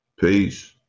Peace